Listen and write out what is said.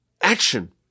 action